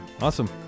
Awesome